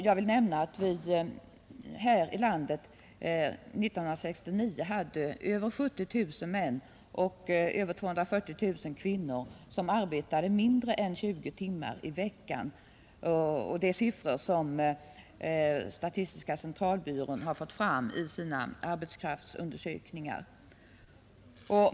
Jag vill nämna att vi här i landet 1969 hade över 70 000 män och över 240 000 kvinnor som arbetade mindre än 20 timmar i veckan, och det är siffror som statistiska centralbyrån har fått fram i sina arbetskraftsundersökningar.